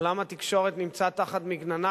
עולם התקשורת נמצא במגננה,